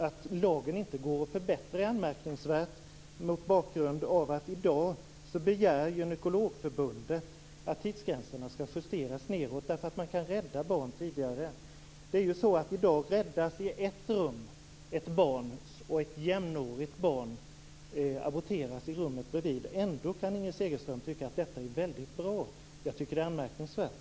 Att lagen inte går att förbättra är anmärkningsvärt mot bakgrund av att Gynekologförbundet i dag begär att tidsgränserna skall justeras nedåt därför att man kan rädda barn tidigare. I dag räddas ett barn i ett rum, medan ett jämnårigt barn aborteras i rummet bredvid. Ändå kan Inger Segelström tycka att detta är väldigt bra. Jag tycker att det är anmärkningsvärt.